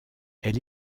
elle